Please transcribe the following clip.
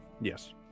Yes